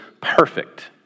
perfect